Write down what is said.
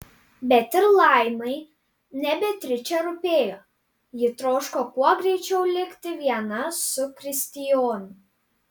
bet ir laimai ne beatričė rūpėjo ji troško kuo greičiau likti viena su kristijonu